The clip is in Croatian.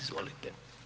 Izvolite.